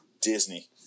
Disney